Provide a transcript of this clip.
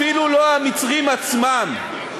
אפילו לא המצרים עצמם.